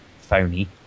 phony